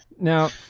Now